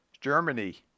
Germany